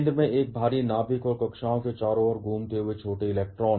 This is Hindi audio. केंद्र में एक भारी नाभिक और कक्षाओं में चारों ओर घूमते हुए छोटे इलेक्ट्रॉन